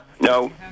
No